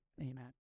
Amen